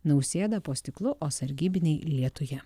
nausėda po stiklu o sargybiniai lietuje